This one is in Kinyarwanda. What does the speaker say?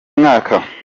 mwaka